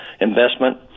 investment